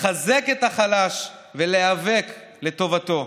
לחזק את החלש ולהיאבק לטובתו.